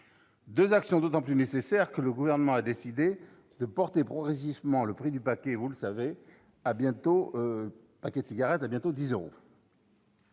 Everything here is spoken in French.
deux actions d'autant plus nécessaires que le Gouvernement a décidé de porter progressivement le prix du paquet de cigarettes à 10 euros.